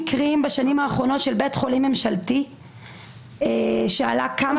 בשנים האחרונות יש מקרים של בית חולים ממשלתי שעלה כמה פעמים.